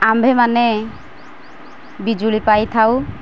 ଆମ୍ଭେମାନେ ବିଜୁଳି ପାଇଥାଉ